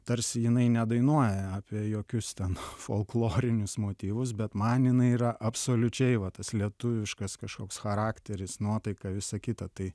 tarsi jinai nedainuoja apie jokius ten folklorinius motyvus bet man jinai yra absoliučiai va tas lietuviškas kažkoks charakteris nuotaika visa kita tai